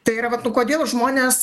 tai yra vat nu kodėl žmonės